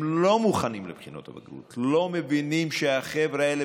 לא מוכנים לבחינות הבגרות לא מבינים שהחבר'ה האלה